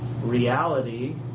reality